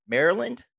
Maryland